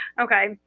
Okay